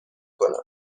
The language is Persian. کنم